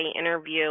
interview